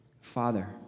Father